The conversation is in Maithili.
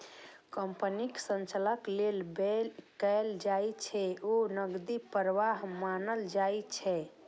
कंपनीक संचालन लेल जे व्यय कैल जाइ छै, ओ नकदी प्रवाह मानल जाइ छै